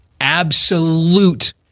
absolute